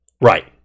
Right